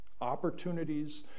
Opportunities